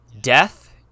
death